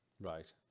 Right